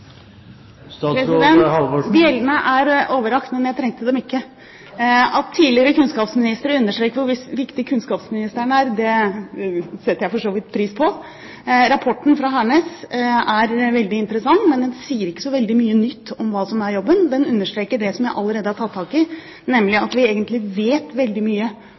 er overrakt, men jeg trengte dem ikke. At tidligere kunnskapsministre understreker hvor viktig kunnskapsministeren er, setter jeg for så vidt pris på. Rapporten fra Hernes er veldig interessant, men den sier ikke så veldig mye nytt om hva jobben er. Den understreker det som jeg allerede har tatt tak i, nemlig at vi egentlig vet veldig mye